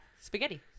Spaghetti